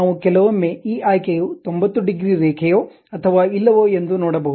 ನಾವು ಕೆಲವೊಮ್ಮೆ ಈ ಆಯ್ಕೆಯು 90 ಡಿಗ್ರಿ ರೇಖೆಯೋ ಅಥವಾ ಇಲ್ಲವೋ ಎಂದು ನೋಡಬಹುದು